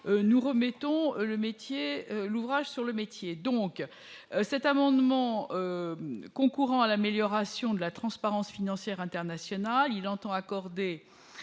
nous remettons le métier l'ouvrage sur le métier, donc cet amendement concourant à l'amélioration de la transparence financière internationale, il entend accorder